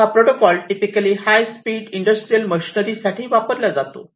हा protocol typically high speed industrial machinery साठी वापरला जातो